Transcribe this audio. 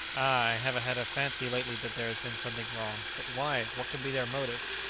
i have had a fancy lately that there has been something wrong but why? what can be their motive?